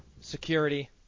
security